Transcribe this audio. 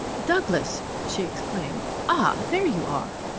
douglas! she exclaimed. ah, there you are!